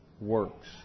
works